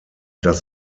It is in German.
das